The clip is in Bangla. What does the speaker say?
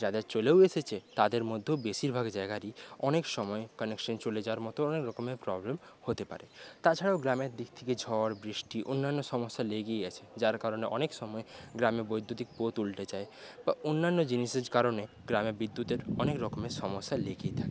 যাদের চলেও এসেছে তাদের মধ্যেও বেশীরভাগ জায়গারই অনেক সময় কানেকশন চলে যাওয়ার মতো অনেকরকমের প্রবলেম হতে পারে তাছাড়াও গ্রামের দিক থেকে ঝড় বৃষ্টি অন্যান্য সমস্যা লেগেই আছে যার কারণে অনেক সময়ে গ্রামে বৈদ্যুতিক পোত উল্টে যায় বা অন্যান্য জিনিসের কারণে গ্রামে বিদ্যুতের অনেকরকমের সমস্যা লেগেই থাকে